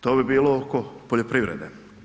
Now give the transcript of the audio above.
To bi bilo oko poljoprivrede.